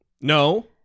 No